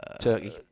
Turkey